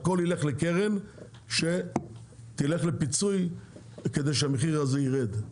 הכול ילך לקרן שתלך לפיצוי כדי שהמחיר הזה ירד.